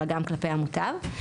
אלא גם כלפי המוטב.